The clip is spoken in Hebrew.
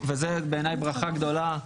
וזאת בעיניי ברכה גדולה.